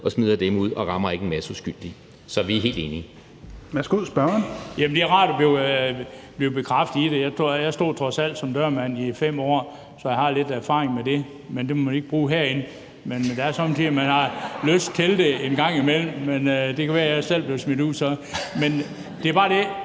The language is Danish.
og smider dem ud, og rammer ikke en masse uskyldige. Så vi er helt enige.